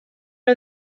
nhw